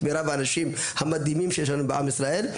מירב האנשים המדהימים שיש לנו בעם ישראל,